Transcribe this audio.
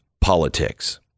politics